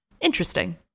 Interesting